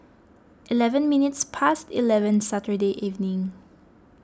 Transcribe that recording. eleven minutes past eleven Saturday evening